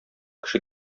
кеше